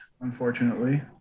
unfortunately